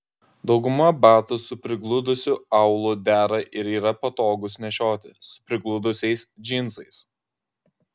dauguma batų su prigludusiu aulu dera ir yra patogūs nešioti su prigludusiais džinsais